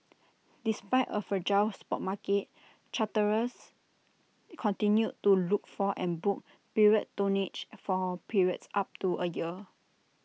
despite A fragile spot market charterers continued to look for and book period tonnage for periods up to A year